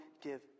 give